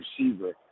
receiver